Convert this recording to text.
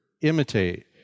imitate